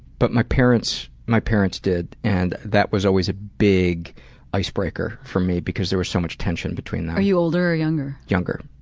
but my parents my parents did and that was always a big icebreaker for me because there was so much tension between them. are you older or younger? younger.